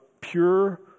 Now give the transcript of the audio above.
pure